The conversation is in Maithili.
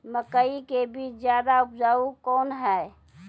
मकई के बीज ज्यादा उपजाऊ कौन है?